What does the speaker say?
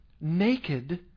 naked